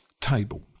table